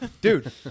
dude